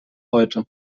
heute